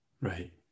Right